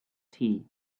tea